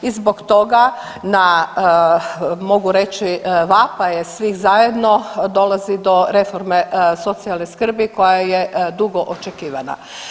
I zbog toga na mogu reći vapaje svih zajedno dolazi do reforme socijalne skrbi koja je dugo očekivana.